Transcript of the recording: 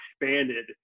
expanded